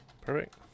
Perfect